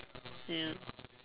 ya